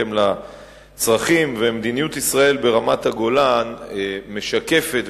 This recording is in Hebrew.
מדיניות ישראל ברמת-הגולן משקפת,